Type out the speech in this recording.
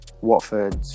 Watford